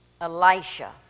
Elisha